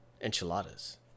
enchiladas